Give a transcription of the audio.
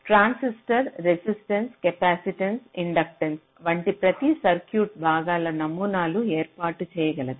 transistor resistance capacitance inductance వంటి ప్రతి circuit భాగాల నమూనాను ఏర్పాటు చేయగలదు